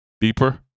deeper